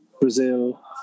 Brazil